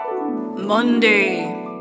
Monday